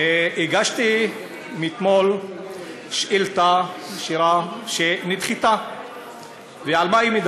הגשתי אתמול שאילתה ישירה, והיא נדחתה.